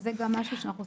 שגם זה משהו שאנחנו צריכים.